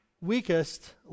weakest